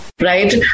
right